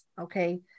Okay